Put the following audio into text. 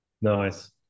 nice